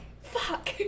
Fuck